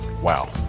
Wow